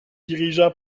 dirigea